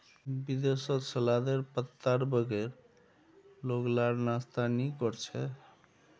विदेशत सलादेर पत्तार बगैर लोग लार नाश्ता नि कोर छे